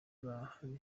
arahari